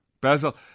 Basil